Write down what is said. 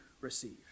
receive